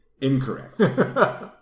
Incorrect